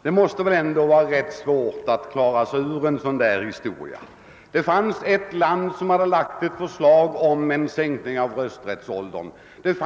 Herr talman! Det måste vara rätt svårt att klara sig ur en sådan här historia. | Det fanns ett land som hade lagt fram ett förslag om en sänkning av rösträttsåldern. Ett